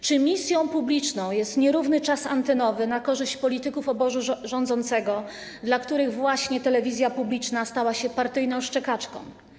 Czy misją publiczną jest stosowanie nierównego czasu antenowego na korzyść polityków obozu rządzącego, dla których właśnie telewizja publiczna stała się partyjną szczekaczką?